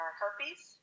herpes